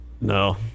No